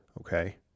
Okay